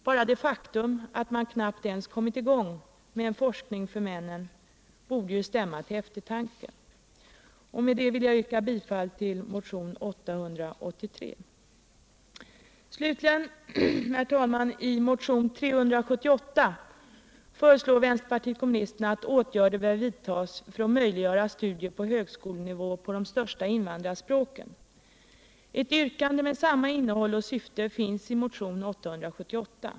Bara det faktum att man knappt har kommit i gång Nr 150 med en forskning också för männen borde ju stämma till eftertanke. Onsdagen den Slutligen, herr talman, föreslår vänsterpartiet kommunisterna i motionen 378 att åtgärder bör vidtas för att möjliggöra studier på högskolenivå på de Anslag till högskola största invandrarspråken. Eit yrkande med samma innehåll och syfte finns i motionen 878.